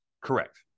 Correct